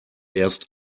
erst